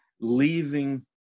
leaving